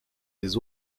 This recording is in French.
des